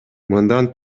мындан